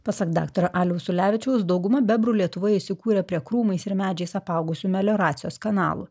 pasak daktaro aliaus ulevičiaus dauguma bebrų lietuvoje įsikūrę prie krūmais ir medžiais apaugusių melioracijos kanalų